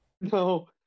No